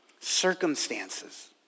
circumstances